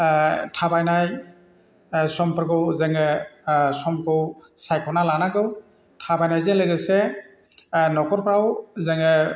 थाबायनाय समफोरखौ जोङो समखौ सायखना लानांगौ थाबायनायजों लोगोसे न'खरफ्राव जोङो